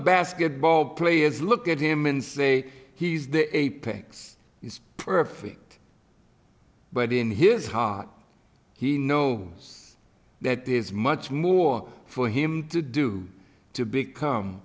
basketball players look at him and say he's the apex is perfect but in his heart he know that there's much more for him to do to become